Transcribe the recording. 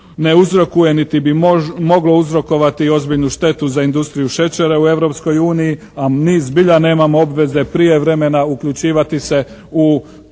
ne uzrokuje niti bi moglo uzrokovati ozbiljnu štetu za industriju šećera u Europskoj uniji a mi zbilja nemamo obveze prije vremena uključivati se u tržište